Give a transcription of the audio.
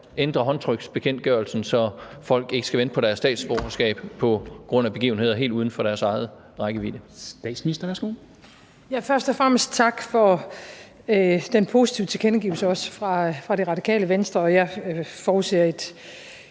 ændre håndtryksbekendtgørelsen, så folk ikke skal vente på deres statsborgerskab på grund af begivenheder helt uden for deres egen rækkevidde.